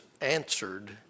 answered